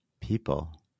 people